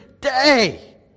day